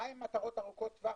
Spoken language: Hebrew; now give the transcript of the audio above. מהן מטרות ארוכות טווח?